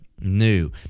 New